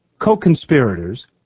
Co-conspirators